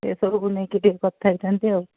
ଏସବୁକୁ ନେଇକି ଟିକେ କଥା ହୋଇଥାନ୍ତି ଆଉ